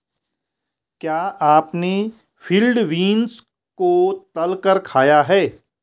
क्या आपने field beans को तलकर खाया है?